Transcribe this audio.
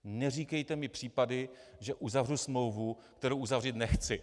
Neříkejte mi případy, že uzavřu smlouvu, kterou uzavřít nechci.